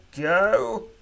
go